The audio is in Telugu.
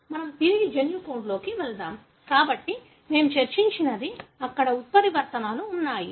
మనం తిరిగి జన్యు కోడ్కు వెళ్దాం కాబట్టి మేము చర్చించినది అక్కడ ఉత్పరివర్తనలు ఉన్నాయి